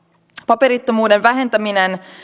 paperittomuuden vähentäminen